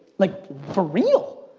like for real.